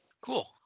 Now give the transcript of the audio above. Cool